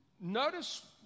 Notice